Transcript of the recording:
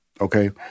Okay